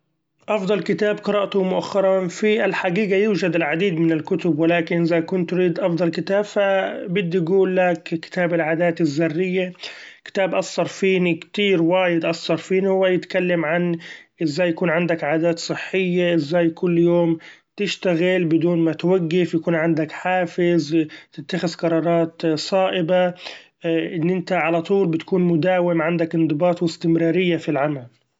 أفضل كتاب قرأته مؤخرا في الحقيقة يوجد العديد من الكتب ،ولكن إذا كنت تريد افضل كتاب فبدي قولك كتاب العادات الذرية كتاب اثر فيني كتير وايد اثر فيني ، هو بيتكلم عن ازاي يكون عندك عادات صحية ازاي كل يوم تشتغل بدون ما توقف يكون عندك حافز تتخذ قرارات صائبة ، إن إنت على طول بتكون مداوم عندك إنضباط واستمرارية في العمل.